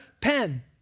pen